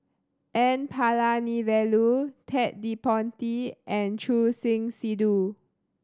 N Palanivelu Ted De Ponti and Choor Singh Sidhu